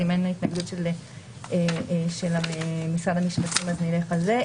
אז אם אין התנגדות של משרד המשפטים אז נלך על זה).